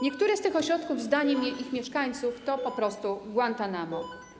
Niektóre z tych ośrodków zdaniem ich mieszkańców to po prostu Guantanamo.